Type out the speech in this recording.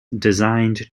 designed